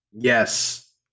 Yes